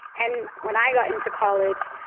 and when i got into college,